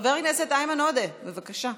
חבר הכנסת איימן עודה, בבקשה.